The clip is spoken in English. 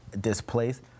displaced